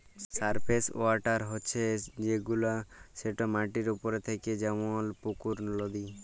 surface water হছে সেগুলা যেট মাটির উপরে থ্যাকে যেমল পুকুর, লদী